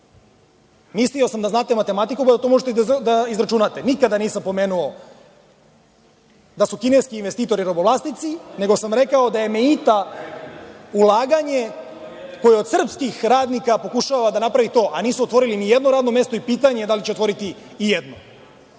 Mislio sam da znate matematiku i da to možete da izračunate. Nikada nisam pomenuo da su kineski investitori robovlasnici, nego sam rekao da je „Meita“ ulaganje koje od srpskih radnika pokušava da napravi to, a nisu otvorili nijedno radno mesto i pitanje je da li će otvoriti ijedno.